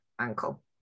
ankle